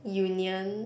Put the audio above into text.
union